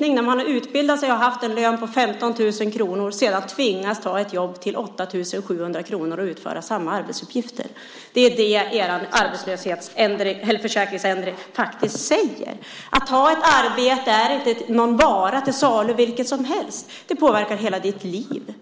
När man har utbildat sig och haft en lön på 15 000 kr är det en kränkning om man sedan tvingas att ta ett jobb som ger 8 700 kr och utföra samma arbetsuppgifter. Det är vad er ändring i arbetslöshetsförsäkringen faktiskt innebär. Att ha ett arbete är inte att ha en vara till salu vilken som helst. Det påverkar hela ditt liv,